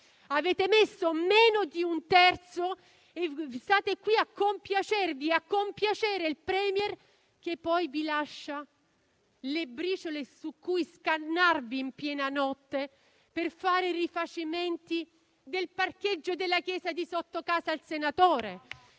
su questo meno di un terzo e state qui a compiacervi e a compiacere il *Premier,* che poi vi lascia le briciole su cui scannarvi in piena notte per i rifacimenti del parcheggio della chiesa vicina alla casa del senatore